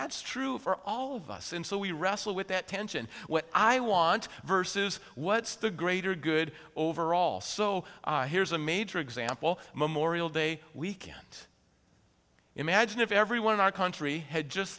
that's true for all of us and so we wrestle with that tension what i want versus what's the greater good overall so here's a major example memorial day we can't imagine if everyone in our country had just